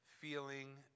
feeling